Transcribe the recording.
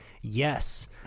Yes